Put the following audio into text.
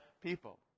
people